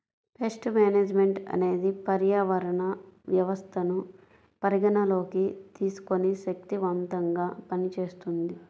paste management అనేది పర్యావరణ వ్యవస్థను పరిగణలోకి తీసుకొని శక్తిమంతంగా పనిచేస్తుంది